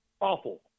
awful